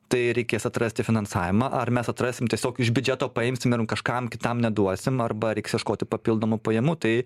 tai reikės atrasti finansavimą ar mes atrasim tiesiog iš biudžeto paimsim ir kažkam kitam neduosim arba reiks ieškoti papildomų pajamų tai